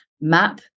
map